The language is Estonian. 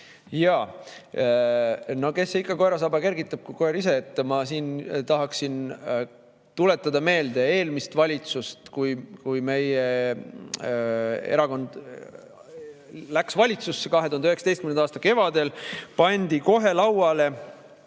Jaa, no kes see ikka koera saba kergitab, kui mitte koer ise. Ma tahaksin siin tuletada meelde eelmist valitsust. Kui meie erakond läks valitsusse 2019. aasta kevadel, siis pandi kohe lauale